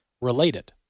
related